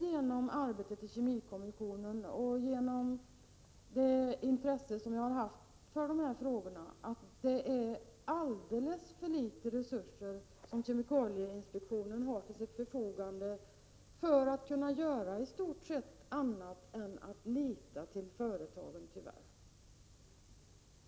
Genom arbetet i kemikommissionen och genom mitt intresse för dessa frågor vet jag att kemikalieinspektionen har alldeles för små resurser till sitt förfogande för att kunna göra annat än i stort sett lita till företagen — tyvärr.